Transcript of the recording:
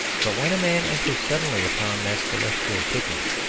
but when a man enters suddenly upon that celestial picnic,